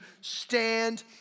stand